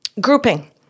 grouping